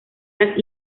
las